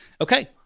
Okay